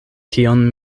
kion